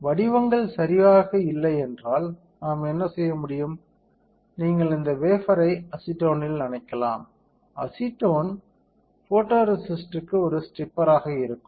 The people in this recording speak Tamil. வடிவங்கள் சரியாக இல்லை என்றால் நாம் என்ன செய்ய முடியும் நீங்கள் இந்த வேஃபர்ரை அசிட்டோனில் நனைக்கலாம் அசெட்டோன் ஃபோட்டோரேசிஸ்டுக்கு ஒரு ஸ்ட்ரிப்பர் ஆக இருக்கும்